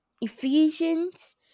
Ephesians